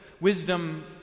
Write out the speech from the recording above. Wisdom